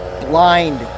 blind